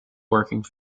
working